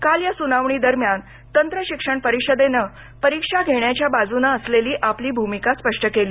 काल या सुनावणी दरम्यान तंत्र शिक्षण परिषदेनं परिक्षा घेण्याच्या बाजून असलेली आपली भूमिका स्पष्ट केली